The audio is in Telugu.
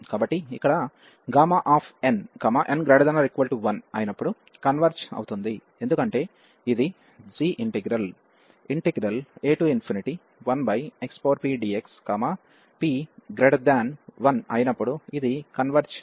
కాబట్టి ఇక్కడ n n≥1 అయినప్పుడు కన్వెర్జ్ అవుతుంది ఎందుకంటే ఇది g ఇంటిగ్రల్ a1xpdx p1అయినప్పుడు ఇది కన్వెర్జ్ అవుతుంది